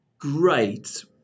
Great